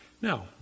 Now